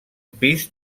pis